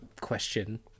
question